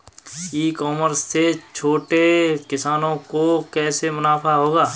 ई commerce से छोटे किसानों को कैसे मुनाफा होगा?